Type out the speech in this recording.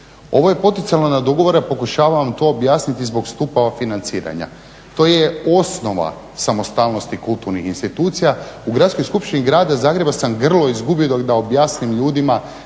Ovo je poticalo na dogovor, pokušavam vam to objasniti zbog stupova financiranja. To je osnova samostalnosti kulturnih institucija. U Gradskoj skupštini grada Zagreba sam grlo izgubio da objasnim ljudima